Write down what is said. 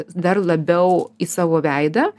dar labiau į savo veidą